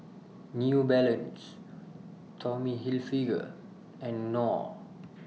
New Balance Tommy Hilfiger and Knorr